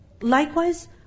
likewise